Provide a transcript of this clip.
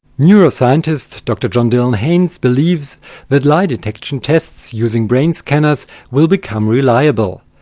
neuroscientist dr john-dylan haynes believes that lie detection tests using brain scanners will become reliable.